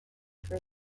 for